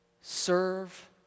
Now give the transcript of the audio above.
serve